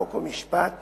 חוק ומשפט